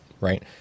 Right